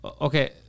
Okay